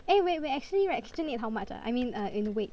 eh wait wait actually right KitchenAid how much ah I mean uh in weight